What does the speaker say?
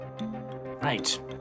Right